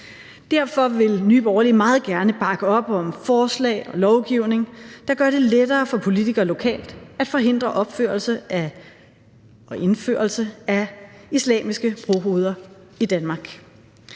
Derfor vil Nye Borgerlige meget gerne bakke op om forslag og lovgivning, der gør det lettere for politikere lokalt at forhindre opførelse af og indførelse af islamiske brohoveder i Danmark.